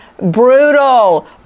brutal